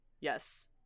Yes